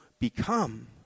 become